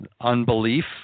unbelief